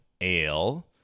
ale